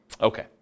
Okay